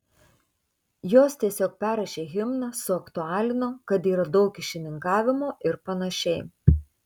jos tiesiog perrašė himną suaktualino kad yra daug kyšininkavimo ir panašiai